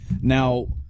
Now